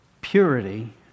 purity